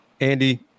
Andy